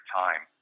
time